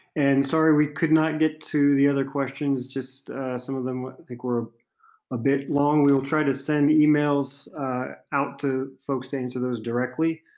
and sorry we could not get to the other questions. just some of them, i think, were a bit long. we will try to send e-mails out to folks to answer those directly.